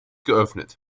geöffnet